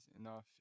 enough